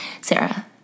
Sarah